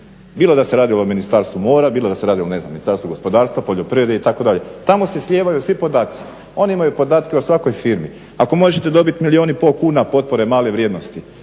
bilo da se radilo o Ministarstvu mora, bilo da se radi o ne znam Ministarstvu gospodarstva, poljoprivrede itd. Tamo se slijevaju svi podaci. Oni imaju podatke o svakoj firmi. Ako možete dobiti milijun i pol kuna potpore male vrijednosti